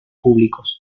públicos